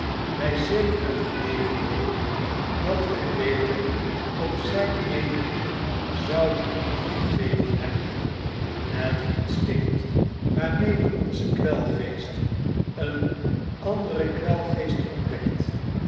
bij zekere gelegenheden dat wij beter op zijn meening zouden acht gegeven hebben het instinct waarmede onze kwelgeest een anderen kwelgeest ontdekt